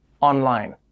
online